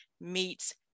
meets